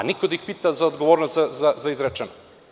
A niko da ih pita za odgovornost za izrečeno?